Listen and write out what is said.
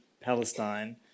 Palestine